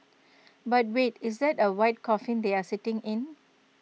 but wait is that A white coffin they are sitting in